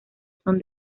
son